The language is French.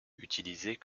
utilisée